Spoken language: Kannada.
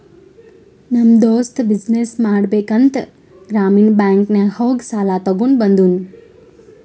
ನಮ್ ದೋಸ್ತ ಬಿಸಿನ್ನೆಸ್ ಮಾಡ್ಬೇಕ ಅಂತ್ ಗ್ರಾಮೀಣ ಬ್ಯಾಂಕ್ ನಾಗ್ ಹೋಗಿ ಸಾಲ ತಗೊಂಡ್ ಬಂದೂನು